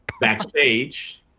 backstage